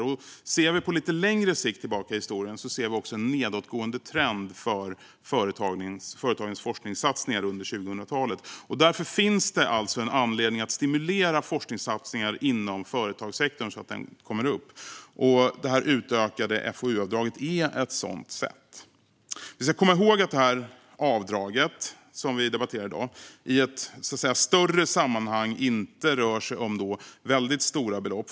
Vi kan också titta lite längre tillbaka i historien. Då ser vi en nedåtgående trend för företagens forskningssatsningar under 2000-talet. Det finns alltså anledning att stimulera forskningssatsningar inom företagssektorn. Det utökade FoU-avdraget är ett sätt att göra det. Vi ska komma ihåg en sak när det gäller det avdrag som vi debatterar i dag: I ett större sammanhang rör det sig inte om väldigt stora belopp.